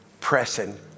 pressing